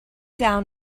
down